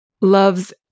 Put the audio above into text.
Love's